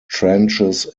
trenches